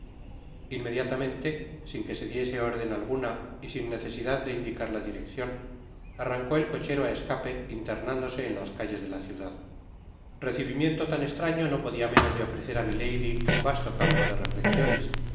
inmediatamente sin que se diese órden alguna y sin necesidad de indicar la direccion arrancó el cochero á escape internándose en las calles de la ciudad recibimiento tan estraño no podia menos de ofrecer á milady un vasto campo de reflexiones asi